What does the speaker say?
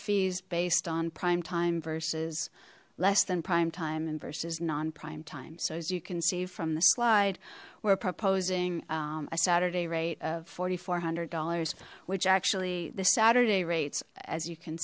fees based on prime time versus less than prime time and versus non prime time so as you can see from the slide we're proposing a saturday rate of forty four hundred dollars which actually the saturday rates as you can